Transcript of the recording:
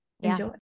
Enjoy